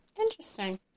Interesting